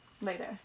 Later